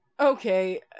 Okay